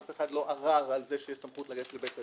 אף אחד לא ערר על זה שיש סמכות לגשת לבית הדין,